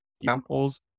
examples